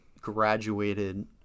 graduated